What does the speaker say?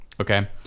Okay